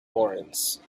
lawrence